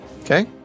Okay